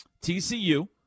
TCU